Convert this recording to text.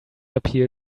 appeal